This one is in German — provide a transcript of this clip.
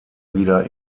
wieder